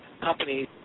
companies